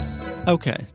Okay